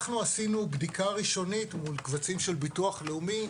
אנחנו עשינו בדיקה ראשונית מול קבצים של ביטוח לאומי,